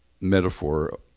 metaphor